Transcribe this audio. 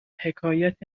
حکایت